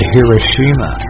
Hiroshima